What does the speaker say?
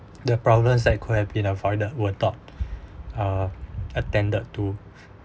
the problems that could have been avoided were not uh attended to